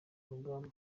urugamba